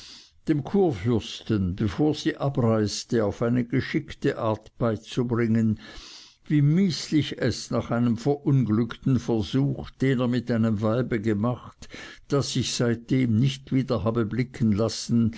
dem kurfürsten bevor sie abreiste auf eine geschickte art beizubringen wie mißlich es nach einem verunglückten versuch den er mit einem weibe gemacht das sich seitdem nicht wieder habe blicken lassen